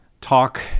talk